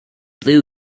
blue